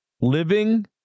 living